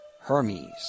Hermes